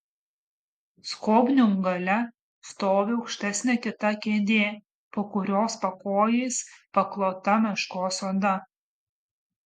skobnių gale stovi aukštesnė kita kėdė po kurios pakojais paklota meškos oda